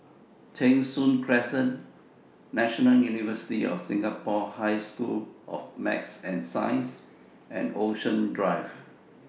Cheng Soon Crescent National University of Singapore High School of Math and Science and Ocean Drive